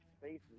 Spaces